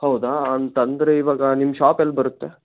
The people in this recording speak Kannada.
ಹೌದಾ ಅಂತ ಅಂದ್ರೆ ಇವಾಗ ನಿಮ್ಮ ಶಾಪ್ ಎಲ್ಲಿ ಬರುತ್ತೆ